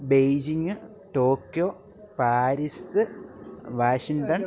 Beijing Tokyo Paris Washington